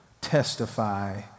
testify